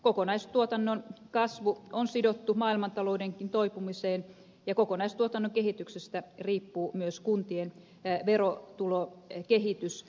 kokonaistuotannon kasvu on sidottu maailmantaloudenkin toipumiseen ja kokonaistuotannon kehityksestä riippuu myös kuntien verotulokehitys